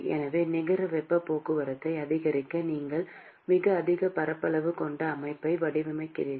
எனவே நிகர வெப்பப் போக்குவரத்தை அதிகரிக்க நீங்கள் மிக அதிக பரப்பளவு கொண்ட அமைப்பை வடிவமைக்கிறீர்கள்